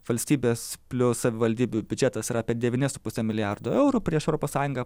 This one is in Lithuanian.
valstybės plius savivaldybių biudžetas apie devyni su puse milijardo eurų prieš europos sąjungą